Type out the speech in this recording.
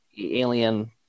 alien